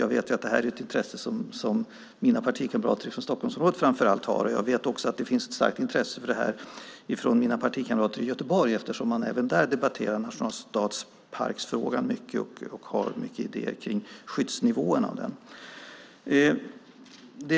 Jag vet att det här är ett intresse som mina partikamrater från framför allt Stockholmsområdet har, och jag vet att det finns ett starkt intresse för det här från mina partikamrater i Göteborg eftersom de även där debatterar nationalstadsparksfrågan mycket och har många idéer om skyddsnivån av den.